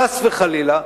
חס וחלילה,